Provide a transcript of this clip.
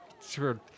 Sure